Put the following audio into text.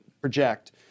project